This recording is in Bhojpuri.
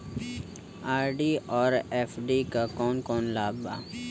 आर.डी और एफ.डी क कौन कौन लाभ बा?